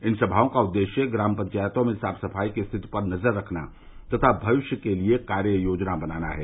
इन सभाओं का उद्देश्य ग्राम पंचायतों में साफ सफाई की स्थिति पर नज़र रखना तथा भविष्य के लिए कार्य योजना बनाना है